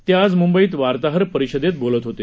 ते आज मुंबईत वार्ताहर परिषदेत बोलत होते